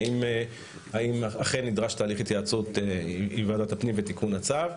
האם אכן נדרש תהליך התייעצות עם ועדת הפנים ותיקון הצו.